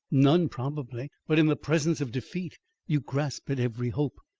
none probably but in the presence of defeat you grasp at every hope.